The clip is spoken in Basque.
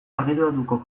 argitaratuko